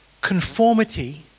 conformity